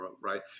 right